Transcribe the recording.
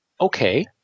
okay